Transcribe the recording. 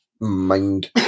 mind